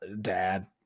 dad